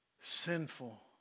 sinful